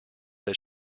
that